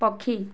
ପକ୍ଷୀ